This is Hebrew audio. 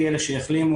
בלי אלה שהחלימו,